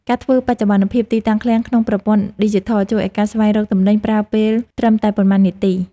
ការធ្វើបច្ចុប្បន្នភាពទីតាំងឃ្លាំងក្នុងប្រព័ន្ធឌីជីថលជួយឱ្យការស្វែងរកទំនិញប្រើពេលត្រឹមតែប៉ុន្មាននាទី។